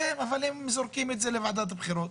אבל הם זורקים את זה לוועדת הבחירות,